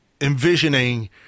envisioning